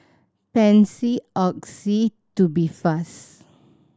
Pansy Oxy Tubifast